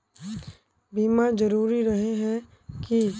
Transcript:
बीमा जरूरी रहे है की?